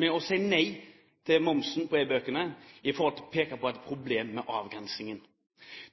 med å si nei til moms på e-bøker ved å peke på at det er problemer med avgrensningen.